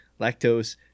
lactose